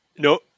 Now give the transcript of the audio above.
No